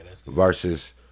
Versus